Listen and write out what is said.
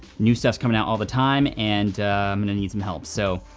new stuff is coming out all the time, and i'm gonna need some help, so,